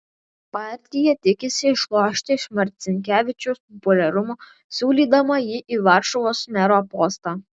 partija tikisi išlošti iš marcinkevičiaus populiarumo siūlydama jį į varšuvos mero postą